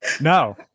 No